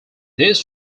this